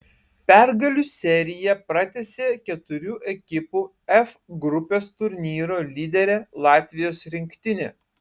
pergalių seriją pratęsė keturių ekipų f grupės turnyro lyderė latvijos rinktinė